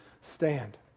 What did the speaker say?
stand